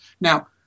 Now